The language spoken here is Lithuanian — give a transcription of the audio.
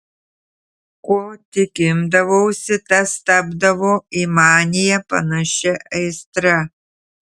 ko tik imdavausi tas tapdavo į maniją panašia aistra